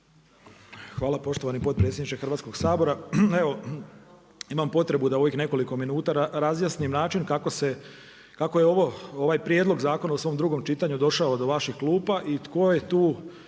Hvala poštovani potpredsjedniče Hrvatskog sabora. Evo imam potrebu da u ovih nekoliko minuta razjasnim način kako je ovaj prijedlog zakona u svom drugom čitanju došao do vaših klupa i tko je tu